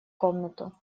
комнату